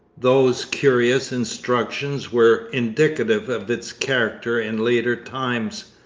those curious instructions were indicative of its character in later times.